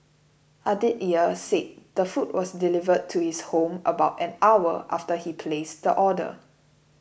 Aditya said the food was delivered to his home about an hour after he placed the order